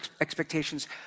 expectations